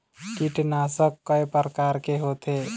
कीटनाशक कय प्रकार के होथे?